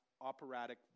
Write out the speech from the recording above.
operatic